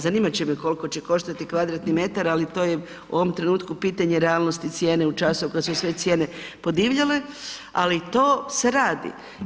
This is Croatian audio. Zanimati će me koliko će koštati kvadratni metar ali to je u ovom trenutku pitanje realnosti cijene u času u kojem su sve cijene podivljale, ali to se radi.